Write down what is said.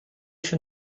się